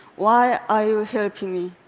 why are you helping me?